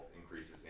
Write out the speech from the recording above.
increases